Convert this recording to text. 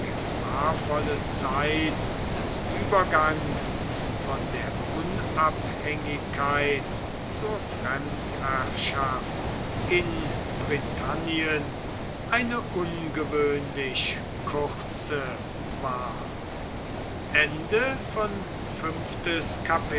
gefahrvolle zeit des übergangs von der unabhängigkeit zur fremdherrschaft in britannien eine ungewöhnlich kurze war